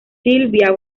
silvia